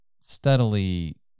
steadily